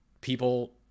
people